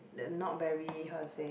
that not very how to say